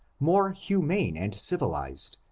more hmnane and civilized,